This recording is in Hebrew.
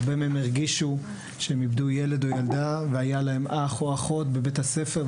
הרבה מהם הרגישו שהם איבדו ילד או ילדה והיה להם אח או אחות בבית הספר,